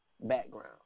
background